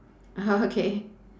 oh okay